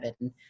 and-